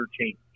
change